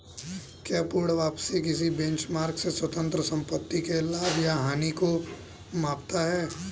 क्या पूर्ण वापसी किसी बेंचमार्क से स्वतंत्र संपत्ति के लाभ या हानि को मापता है?